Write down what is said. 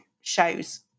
shows